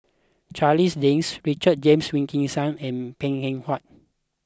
Charles Dyce Richard James Wilkinson and Png Eng Huat